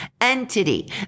entity